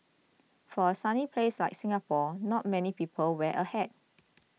for a sunny place like Singapore not many people wear a hat